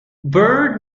byrd